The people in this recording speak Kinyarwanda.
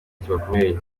kibakomereye